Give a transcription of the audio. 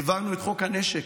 העברנו את חוק הנשק.